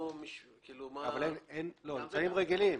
אמצעים רגילים.